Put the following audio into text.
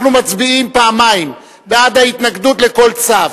אנחנו מצביעים פעמיים: בעד ההתנגדות לכל צו.